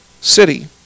city